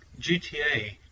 GTA